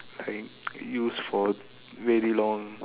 I use for very long